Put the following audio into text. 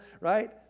right